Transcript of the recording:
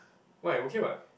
why okay [what]